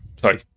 Sorry